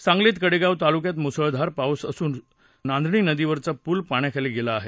सांगलीत कडेगाव तालुक्यात मुसळधार पाऊस सुरू असून नांदणी नदीवरचा पूल पाण्याखाली गेला आहे